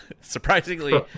Surprisingly